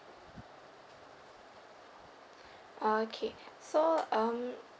oh okay so um